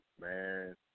man